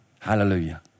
Hallelujah